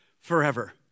forever